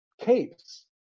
capes